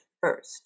first